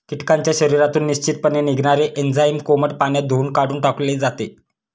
कीटकांच्या शरीरातून निश्चितपणे निघणारे एन्झाईम कोमट पाण्यात धुऊन काढून टाकले जाते